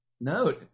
No